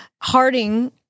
Harding